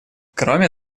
кроме